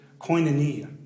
koinonia